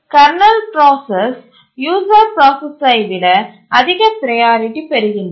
kernel process user ப்ராசசை விட அதிக ப்ரையாரிட்டி பெறுகின்றன